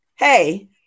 Hey